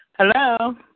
Hello